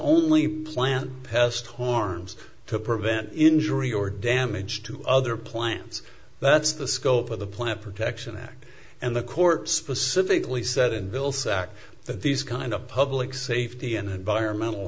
only plan pest horns to prevent injury or damage to other plants that's the scope of the plant protection act and the court specifically said in bill sac that these kind of public safety and environmental